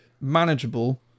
manageable